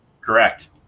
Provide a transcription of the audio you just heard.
Correct